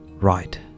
right